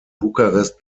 bukarest